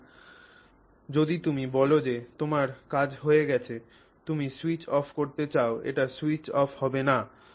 সুতরাং যদি তুমি বল যে তোমার কাজ হয়ে গেছে তুমি স্যুইচ অফ করতে চাও এটি স্যুইচ অফ হবে না